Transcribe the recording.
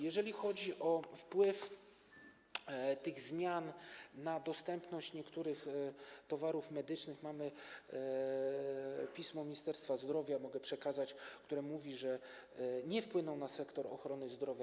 Jeżeli chodzi o wpływ tych zmian na dostępność niektórych towarów medycznych, mamy pismo Ministerstwa Zdrowia - mogę je przekazać - które mówi, że te zmiany nie wpłyną na sektor ochrony zdrowia.